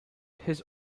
his